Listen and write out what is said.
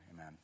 Amen